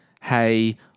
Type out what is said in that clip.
hey